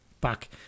back